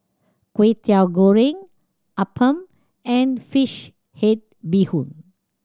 Kwetiau Goreng appam and fish head bee hoon